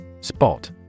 Spot